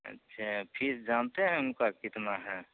अच्छा फीस जानते हैं उनकी कितनी है